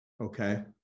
Okay